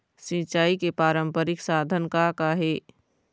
सिचाई के पारंपरिक साधन का का हे?